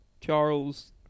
Charles